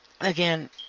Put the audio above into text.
again